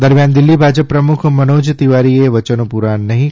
દરમિયાન દિલ્હી ભાજપ પ્રમુખ મનોજ તિવારીએ વચનો પૂરાં નહીં